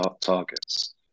targets